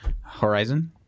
Horizon